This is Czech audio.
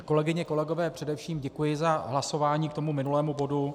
Kolegyně a kolegové, především děkuji za hlasování k tomu minulému bodu.